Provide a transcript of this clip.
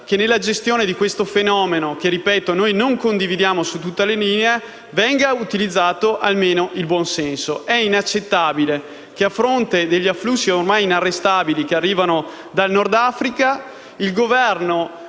che nella gestione di questo fenomeno, che noi non condividiamo su tutta la linea, venga utilizzato almeno il buon senso. È inaccettabile che, a fronte degli afflussi ormai inarrestabili dal Nord Africa, il Governo